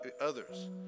others